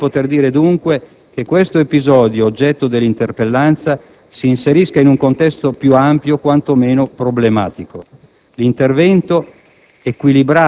Ci pare, dunque, che l'episodio oggetto dell'interpellanza, si inserisca in un contesto più ampio e quantomeno problematico. L'intervento